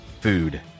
food